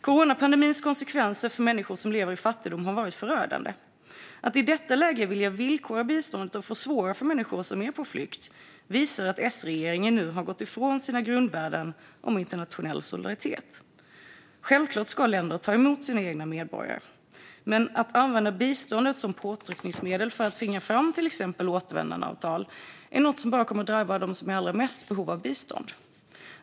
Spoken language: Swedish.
Coronapandemin har haft förödande konsekvenser för människor som lever i fattigdom. Att S-regeringen i detta läge vill villkora biståndet och försvåra för människor som är på flykt visar att man har gått ifrån sina grundvärden om internationell solidaritet. Självklart ska länder ta emot sina egna medborgare, men att använda biståndet som påtryckningsmedel för att tvinga fram till exempel återvändandeavtal är något som enbart kommer att drabba dem som är i allra störst behov av bistånd.